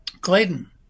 Clayton